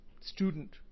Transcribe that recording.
student